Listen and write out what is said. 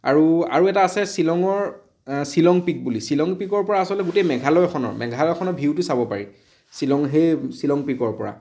আৰু আৰু এটা আছে শ্বিলঙৰ শ্বিলং পিক বুলি শ্বিলং পিকৰ পৰা আচলতে গোটেই মেঘালয়খনৰ মেঘালয়খনৰ ভ্যিউটো চাব পাৰি শ্বিলং সেই শ্বিলং পিকৰ পৰা